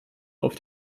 auf